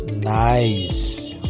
nice